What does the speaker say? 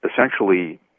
essentially